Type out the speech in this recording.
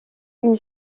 une